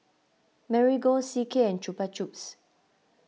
Marigold C K and Chupa Chups